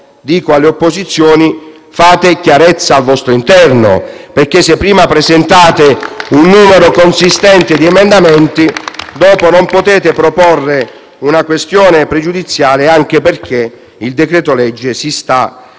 invito le opposizioni a fare chiarezza al loro interno. Infatti, se prima presentano un numero consistente di emendamenti, poi non possono proporre una questione pregiudiziale, anche perché il decreto-legge si sta